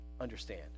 understand